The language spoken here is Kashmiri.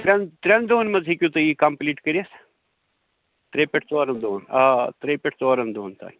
ترٛٮ۪ن ترٛٮ۪ن دۄہَن منٛز ہٮ۪کِو تُہۍ یہِ کَمپٕلیٖٹ کٔرِتھ ترٛیٚیہِ پٮ۪ٹھ ژورَن دۄہَن آ آ ترٛیٚیہِ پٮ۪ٹھ ژورَن دۄہَن تام